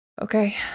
Okay